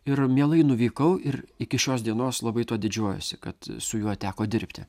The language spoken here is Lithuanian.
ir mielai nuvykau ir iki šios dienos labai tuo didžiuojuosi kad su juo teko dirbti